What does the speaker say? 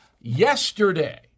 Yesterday